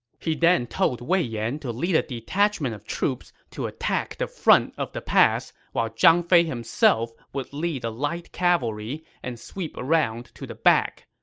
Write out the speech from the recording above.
he then told wei yan to lead a detachment of troops to attack the front of the pass, while zhang fei himself would lead the light cavalry and sweep around to the back.